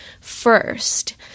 first